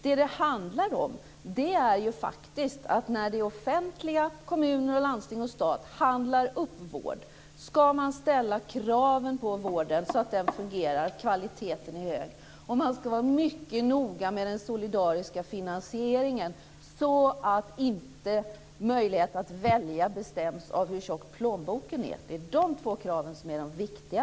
Det handlar om att när det offentliga - kommuner, landsting och stat - handlar upp vård ska man ställa krav på vården så att den fungerar och kvaliteten är hög. Man ska vara mycket noga med den solidariska finansieringen så att inte möjligheten att välja bestäms av hur tjock plånboken är. Det är de två krav som är de viktiga.